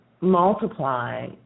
multiply